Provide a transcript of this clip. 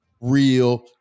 real